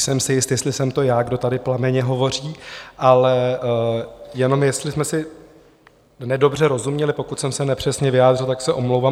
Nejsem si jist, jestli jsem to já, kdo tady plamenně hovoří, ale jenom jestli jsme si nedobře rozuměli, pokud jsem se nepřesně vyjádřil, tak se omlouvám.